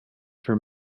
for